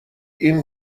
این